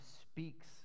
speaks